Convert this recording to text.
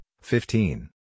fifteen